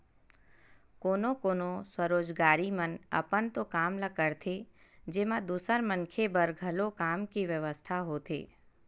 कोनो कोनो स्वरोजगारी मन अपन तो काम ल करथे जेमा दूसर मनखे बर घलो काम के बेवस्था होथे